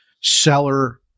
seller